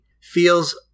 feels